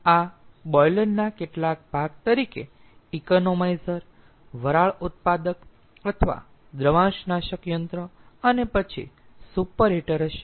આ બોઈલર ના કેટલાક ભાગ તરીકે ઇકોનોમાઈઝર વરાળ ઉત્પાદક અથવા દ્રવાંશનાશક યંત્ર અને પછી સુપર હીટર હશે